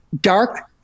dark